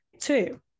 Two